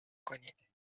کنید